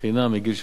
חינם מגיל שלוש.